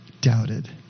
doubted